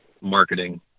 Marketing